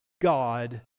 God